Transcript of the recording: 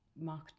mark